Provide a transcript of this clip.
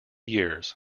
years